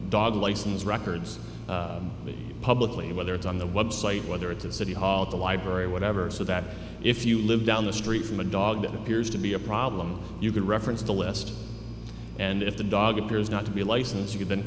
dog license records publicly whether it's on the website whether it's at city hall at the library or whatever so that if you live down the street from a dog that appears to be a problem you can reference the list and if the dog appears not to be licensed you can